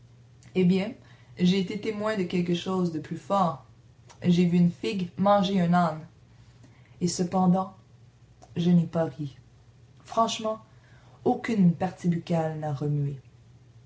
eh bien j'ai été témoin de quelque chose de plus fort j'ai vu une figue manger un âne et cependant je n'ai pas ri franchement aucune partie buccale n'a remué